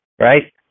right